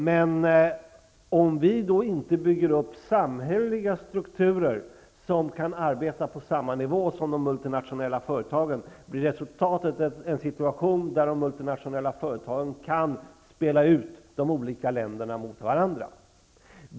Men om vi inte bygger upp samhälleliga strukturer, så att det går att arbeta på samma nivå som de multinationella företagen, blir resultatet en situation där de multinationella företagen kan spela ut de olika länderna mot varandra.